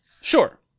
Sure